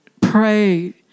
pray